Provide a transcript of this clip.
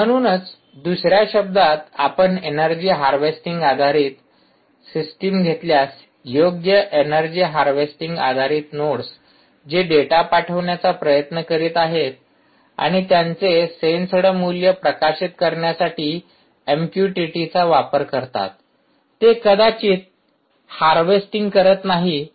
म्हणूनच दुसर्या शब्दांत आपण एनर्जी हार्वेस्टिंग आधारित सिस्टम घेतल्यास योग्य एनर्जी हार्वेस्टिंग आधारित नोड्स जे डेटा पाठविण्याचा प्रयत्न करीत आहेत आणि त्यांचे सेन्स्ड मूल्य प्रकाशित करण्यासाठी एमक्यूटीटीचा वापर करतात ते कदाचित हार्वेस्टिंग करीत नाहीत